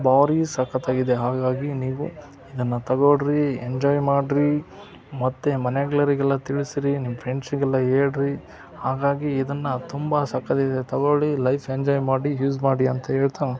ಬಾರೀ ಸಕ್ಕತ್ತಾಗಿದೆ ಹಾಗಾಗಿ ನೀವು ಇದನ್ನು ತೊಗೋಳ್ರಿ ಎಂಜಾಯ್ ಮಾಡಿರಿ ಮತ್ತು ಮನೆಗರಿಗೆಲ್ಲ ತಿಳಿಸಿರಿ ನಿಮ್ಮ ಫ್ರೆಂಡ್ಸ್ಗೆಲ್ಲ ಹೇಳ್ರೀ ಹಾಗಾಗಿ ಇದನ್ನು ತುಂಬ ಸಕ್ಕತ್ತಿದೆ ತೊಗೋಳಿ ಲೈಫ್ ಎಂಜಾಯ್ ಮಾಡಿ ಯೂಸ್ ಮಾಡಿ ಅಂತ ಹೇಳ್ತಾ